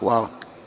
Hvala.